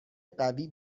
قوی